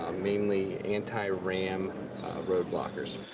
mainly anti-ram road blockers.